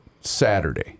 Saturday